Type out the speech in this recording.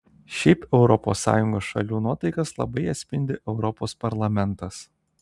šiaip europos sąjungos šalių nuotaikas labai atspindi europos parlamentas